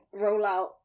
rollout